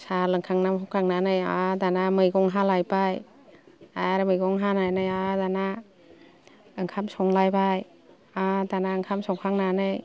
साहा लोंखां हुखांनानै आरो दाना मैगं हालायबाय आरो मैगं हानानै आरो दाना ओंखाम संलायबाय आरो दाना ओंखाम संखांनानै